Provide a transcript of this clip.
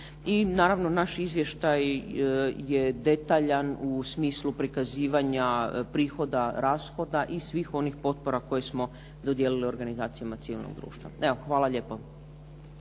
I naravno naš izvještaj je detaljan u smislu prikazivanja prihoda, rashoda i svih onih potpora koje smo dodijelili organizacijama civilnog društva. Evo hvala lijepo.